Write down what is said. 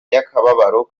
y’akababaro